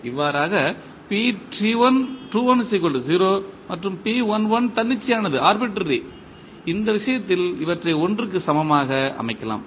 இவ்வாறாக மற்றும் தன்னிச்சையானது இந்த விஷயத்தில் இவற்றை 1 க்கு சமமாக அமைக்கலாம்